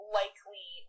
likely